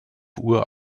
uhr